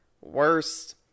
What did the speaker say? worst